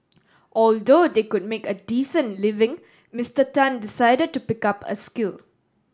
although they could make a decent living Mister Tan decided to pick up a skill